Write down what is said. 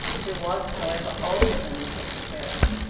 who was, however, older than the secretary.